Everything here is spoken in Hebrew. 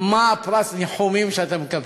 מה פרס הניחומים שאתה מקבל.